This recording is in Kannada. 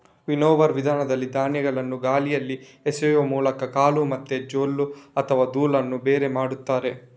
ವಿನ್ನೋವರ್ ವಿಧಾನದಲ್ಲಿ ಧಾನ್ಯಗಳನ್ನ ಗಾಳಿಯಲ್ಲಿ ಎಸೆಯುವ ಮೂಲಕ ಕಾಳು ಮತ್ತೆ ಜೊಳ್ಳು ಅಥವಾ ಧೂಳನ್ನ ಬೇರೆ ಮಾಡ್ತಾರೆ